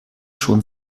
schon